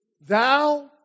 Thou